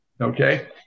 okay